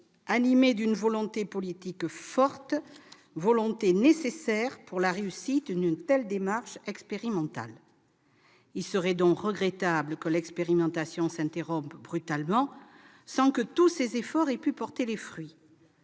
animés d'une volonté politique forte, volonté nécessaire pour la réussite d'une telle démarche expérimentale. Il serait regrettable que l'expérimentation s'interrompe brutalement, sans que tous ces efforts aient pu porter leurs fruits.